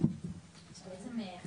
אחד